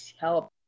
help